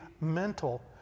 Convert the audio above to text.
mental